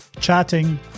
Chatting